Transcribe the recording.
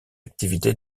activité